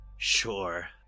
sure